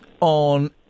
on